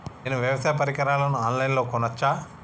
నేను వ్యవసాయ పరికరాలను ఆన్ లైన్ లో కొనచ్చా?